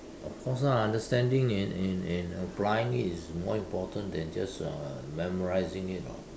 of course lah understanding and and and applying it is more important than just uh memorizing it [what]